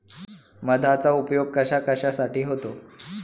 मधाचा उपयोग कशाकशासाठी होतो?